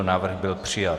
Návrh byl přijat.